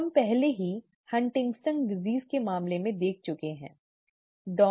हम पहले ही हंटिंगटन की बीमारी Huntington's disease के मामले में देख चुके हैं ठीक है